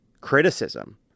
criticism